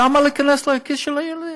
למה להיכנס לכיס של הילדים?